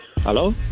Hello